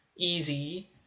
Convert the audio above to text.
easy